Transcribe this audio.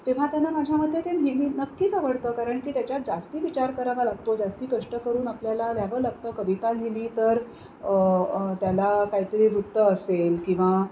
तेव्हा त्यांना माझ्यामते ते नक्कीच आवडतं कारण की त्याच्यात जास्ती विचार करावा लागतो जास्ती कष्ट करून आपल्याला लिहावं लागतं कविता लिहिली तर त्याला काहीतरी वृत्त असेल किंवा